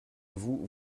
vous